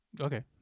Okay